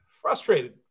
frustrated